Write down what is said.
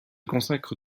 consacre